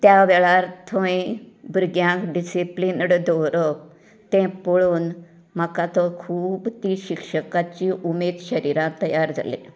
त्या वेळार थंय भुरग्यांक डिसिप्लीनड दवरप तें पळोवन म्हाका तो खूब ती शिक्षकाची उमेद शरिरांत तयार जाली